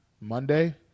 Monday